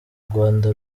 rwanda